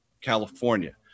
California